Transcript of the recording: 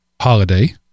holiday